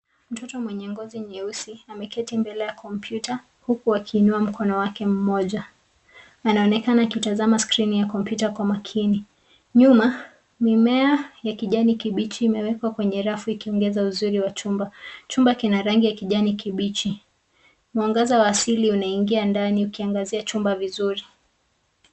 Mtoto mwenye ngozi nyeusi ameketi mbele ya compyuta huku akiinua mkono wake mmoja, anaonekana akitazama screen ya kompyuta Kwa makini. Nyuma, mimea ya kijani kibichi imeekwa kwenye rafu ikiongeza uzuri wa chumba, chumba kina rangi ya kijani kibichi, mwangaza wa asili unaingia ndani ukiangazia chumba vizuri